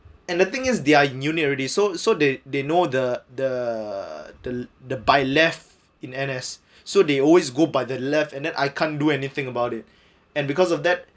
and the thing is their in uni already so so they they know the the the the by left in N_S so they always go by the left and then I can't do anything about it and because of that